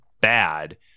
bad